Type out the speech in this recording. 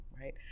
right